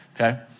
Okay